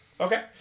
Okay